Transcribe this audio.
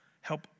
Help